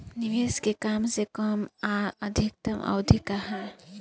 निवेश के कम से कम आ अधिकतम अवधि का है?